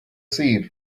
seer